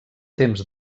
temps